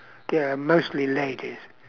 ya mostly ladies